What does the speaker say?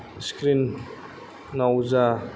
स्क्रिनाव जा